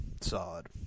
Solid